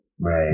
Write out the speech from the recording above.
Right